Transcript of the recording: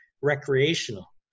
recreational